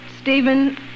Stephen